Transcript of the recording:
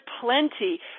plenty